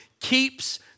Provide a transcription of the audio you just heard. keeps